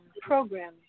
programming